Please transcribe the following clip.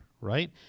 Right